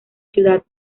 ciudad